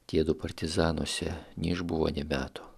tiedu partizanuose neišbuvo nė metų